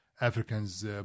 Africans